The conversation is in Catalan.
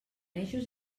eixos